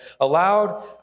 allowed